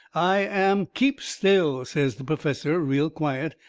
i am keep still, says the perfessor, real quiet.